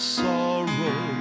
sorrow